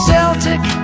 Celtic